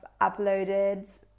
uploaded